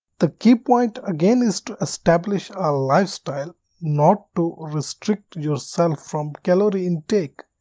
the key point again is to establish our lifestyle not to restrict yourself from calorie intake.